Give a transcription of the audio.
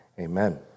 amen